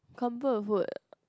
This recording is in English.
comfort food